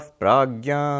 pragya